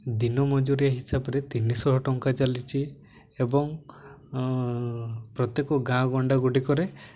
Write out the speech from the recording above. ଦିନ ମଜୁରିଆ ହିସାବରେ ତିନିଶହ ଟଙ୍କା ଚାଲିଛି ଏବଂ ପ୍ରତ୍ୟେକ ଗାଁଗଣ୍ଡା ଗୁଡ଼ିକରେ